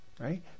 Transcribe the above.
right